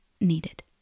needed